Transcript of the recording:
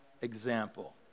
example